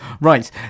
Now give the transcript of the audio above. Right